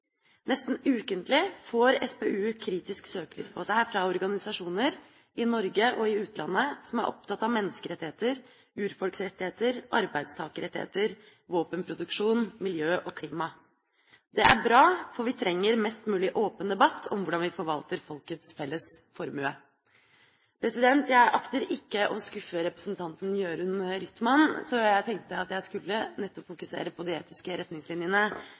Nesten ukentlig får SPU kritisk søkelys på seg fra organisasjoner i Norge og utlandet, som er opptatt av menneskerettigheter, urfolks rettigheter, arbeidstakerrettigheter, våpenproduksjon, miljø og klima. Det er bra, for vi trenger en mest mulig åpen debatt om hvordan vi forvalter folkets felles formue. Jeg akter ikke å skuffe representanten Jørund Rytman, så jeg tenkte jeg skulle nettopp fokusere på de etiske retningslinjene